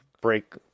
break